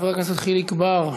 חבר הכנסת חיליק בר,